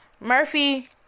Murphy